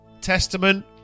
Testament